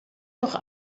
noch